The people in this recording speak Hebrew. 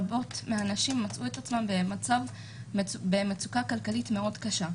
רבות מהנשים מצאו עצמן במצוקה כלכלית מאוד קשה.